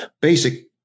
basic